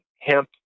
hemp